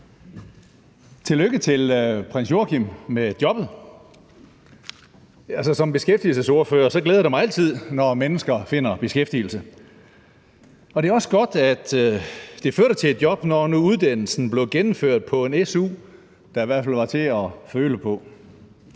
Tillykke til prins Joachim med jobbet. Altså, som beskæftigelsesordfører glæder det mig altid, når mennesker finder beskæftigelse. Og det er også godt, at det førte til et job, når nu uddannelsen blev gennemført på en su, der i hvert fald var til at føle på.